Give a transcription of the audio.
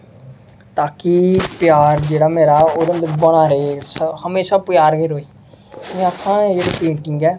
ताकि प्यार जेह्ड़ा मेरा ओह् बना रेह् हमेशा प्यार गै रोहे में आखना जेह्ड़ी पेंटिंग ऐ